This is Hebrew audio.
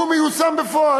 הוא מיושם בפועל.